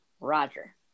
Roger